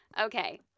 Okay